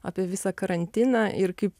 apie visą karantiną ir kaip